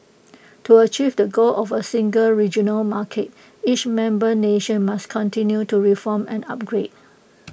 to achieve the goal of A single regional market each member nation must continue to reform and upgrade